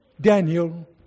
Daniel